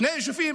שני יישובים,